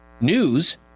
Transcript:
news